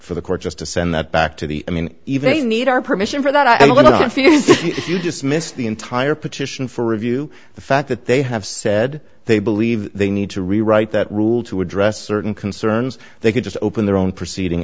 for the court just to send that back to the i mean even need our permission for that i think you dismiss the entire petition for review the fact that they have said they believe they need to rewrite that rule to address certain concerns they could just open their own proceeding